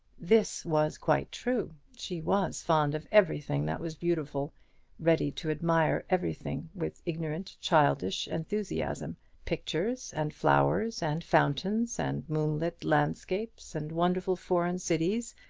this was quite true. she was fond of everything that was beautiful ready to admire everything with ignorant childish enthusiasm pictures, and flowers, and fountains, and moonlit landscapes, and wonderful foreign cities,